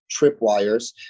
tripwires